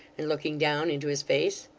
and looking down into his face.